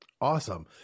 Awesome